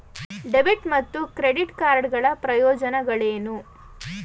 Debit ಮತ್ತು credit card ಗಳ ಪ್ರಯೋಜನಗಳೇನು?